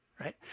right